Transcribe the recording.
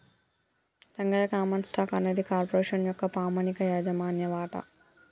Rangayya common stock అనేది corporation యొక్క పామనిక యాజమాన్య వాట